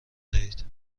دهید